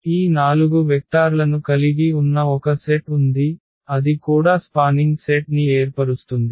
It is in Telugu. ఈ 4 వెక్టార్లను కలిగి ఉన్న ఒక సెట్ ఉంది అది కూడా స్పానింగ్ సెట్ ని ఏర్పరుస్తుంది